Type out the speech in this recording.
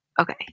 Okay